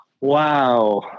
Wow